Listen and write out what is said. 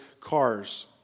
cars